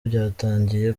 byatangiye